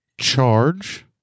Charge